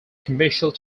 commercial